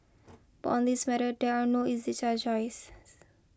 but on this matter there are not easy choices